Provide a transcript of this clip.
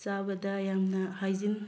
ꯆꯥꯕꯗ ꯌꯥꯝꯅ ꯍꯥꯏꯖꯤꯟ